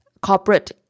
corporate